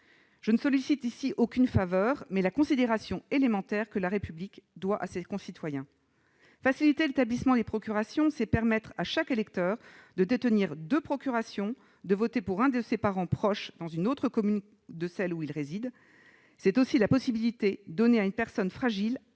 Je ne sollicite ici aucune faveur ; je demande seulement la considération élémentaire que la République doit à ses citoyens. Faciliter l'établissement des procurations, c'est permettre à chaque électeur de détenir deux procurations, de voter pour un de ses parents proches dans une autre commune que celle où il réside. C'est aussi donner à une personne fragile,